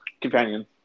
Companion